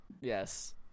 Yes